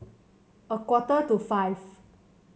a quarter to five